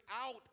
out